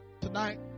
Tonight